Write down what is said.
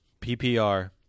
PPR